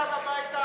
שב הביתה,